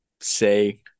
say